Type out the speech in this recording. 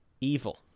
evil